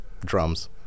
drums